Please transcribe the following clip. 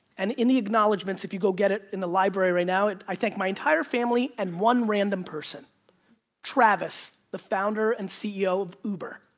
and in the acknowledgements, if you go get it in the library right now, i thank my entire family and one random person travis, the founder and ceo of uber.